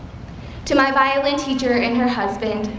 to my violin teacher and her husband,